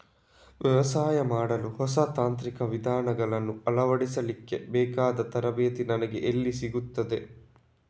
ವ್ಯವಸಾಯ ಮಾಡಲು ಹೊಸ ತಾಂತ್ರಿಕ ವಿಧಾನಗಳನ್ನು ಅಳವಡಿಸಲಿಕ್ಕೆ ಬೇಕಾದ ತರಬೇತಿ ನನಗೆ ಎಲ್ಲಿ ಸಿಗುತ್ತದೆ?